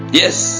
yes